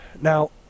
now